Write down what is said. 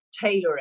tailoring